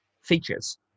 features